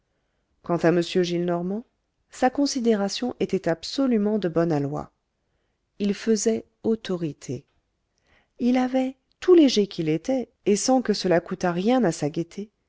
quant à m gillenormand sa considération était absolument de bon aloi il faisait autorité il avait tout léger qu'il était et sans que cela coûtât rien à sa gaîté